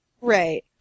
Right